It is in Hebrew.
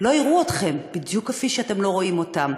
לא יראו אתכם, בדיוק כפי שאתם לא רואים אותם.